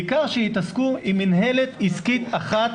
בעיקר שיתעסקו עם מנהלת עסקית אחת